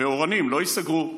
ואורנים לא ייסגרו,